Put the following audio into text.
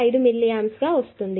5మిల్లి amps లభిస్తుంది